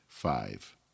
Five